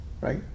right